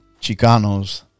Chicanos